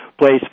Place